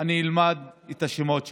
אני אלמד את השמות שלהם.